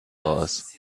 raus